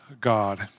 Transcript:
God